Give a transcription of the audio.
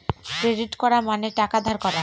credit করা মানে টাকা ধার করা